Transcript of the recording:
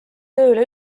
tööle